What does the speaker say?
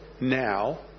now